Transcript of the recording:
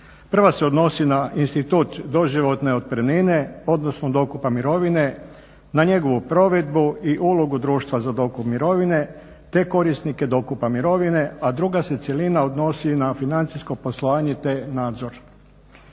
Prva se odnosi na institut doživotne otpremnine odnosno dokupa mirovine, na njegovu provedbu i ulogu društva za dokup mirovine te korisnike dokupa mirovine, a druga se cjelina odnosi na financijsko poslovanje te nadzor.